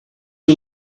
you